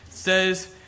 Says